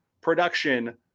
production